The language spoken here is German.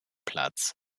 platz